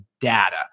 data